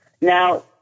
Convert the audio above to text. Now